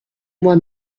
moi